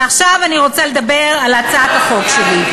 ועכשיו אני רוצה לדבר על הצעת החוק שלי.